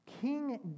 King